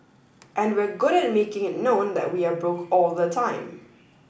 and we're good at making it known that we are broke all the time